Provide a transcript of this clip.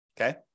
Okay